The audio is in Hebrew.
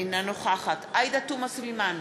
אינה נוכחת עאידה תומא סלימאן,